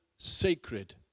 sacred